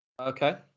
Okay